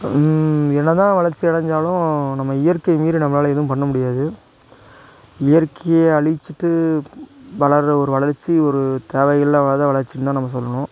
என்ன தான் வளர்ச்சி அடஞ்சாலும் நம்ம இயற்கைய மீறி நம்மளால் எதுவும் பண்ண முடியாது இயற்கையை அழிச்சுட்டு வளர்ற ஒரு வளர்ச்சி ஒரு தேவை இல்லாத வளர்ச்சின் தான் நம்ம சொல்லணும்